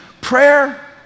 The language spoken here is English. Prayer